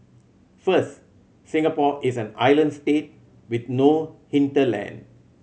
first Singapore is an island state with no hinterland